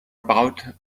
about